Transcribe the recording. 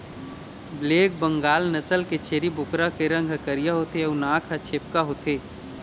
black Bengal नसल के छेरी बोकरा के रंग ह करिया होथे अउ नाक ह छेपका होथे